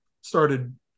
Started